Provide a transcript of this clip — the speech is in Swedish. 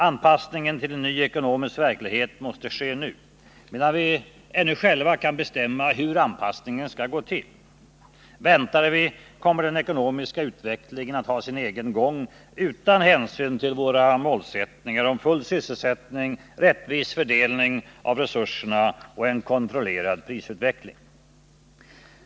Anpassningen till en ny ekonomisk verklighet måste ske nu, medan vi ännu själva kan bestämma hur anpassningen skall gå till. Väntar vi kommer den ekonomiska utvecklingen att ha sin egen gång utan hänsyn till våra målsättningar om full sysselsättning, rättvis fördelning av resurserna och en kontrollerad prisutveckling.